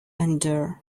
endure